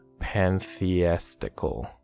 pantheistical